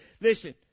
listen